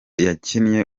yakinnye